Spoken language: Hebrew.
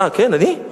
אה, כן, אני?